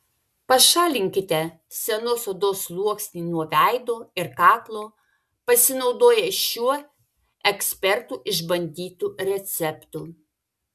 pašalinkite senos odos sluoksnį nuo veido ir kaklo pasinaudoję šiuo ekspertų išbandytu receptu